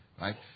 Right